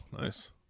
nice